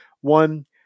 One